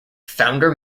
founder